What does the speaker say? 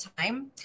time